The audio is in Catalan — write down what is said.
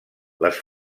les